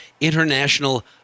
International